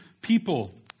people